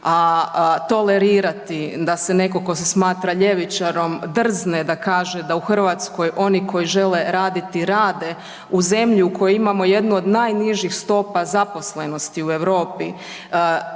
a tolerirati, da se netko, tko se smatra ljevičarom drzne da kaže da u Hrvatskoj oni koji žele raditi rade, u zemlji u kojoj imamo jednu od najnižih stopa zaposlenosti u Europi,